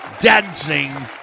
Dancing